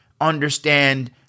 understand